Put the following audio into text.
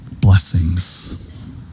blessings